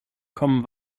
kommen